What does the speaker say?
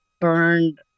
burned